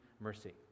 mercy